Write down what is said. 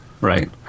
Right